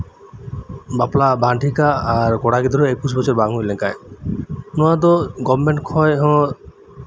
ᱵᱟᱯᱞᱟ ᱵᱟᱝ ᱴᱷᱤᱠᱼᱟ ᱠᱚᱲᱟ ᱜᱤᱫᱽᱨᱟᱹ ᱮᱠᱩᱥ ᱵᱚᱪᱷᱚᱨ ᱵᱟᱝ ᱦᱩᱭ ᱞᱮᱱᱠᱷᱟᱱ ᱱᱚᱣᱟ ᱫᱚ ᱜᱚᱵᱷᱢᱮᱱᱴ ᱠᱷᱚᱱ ᱦᱚᱸ